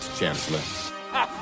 Chancellor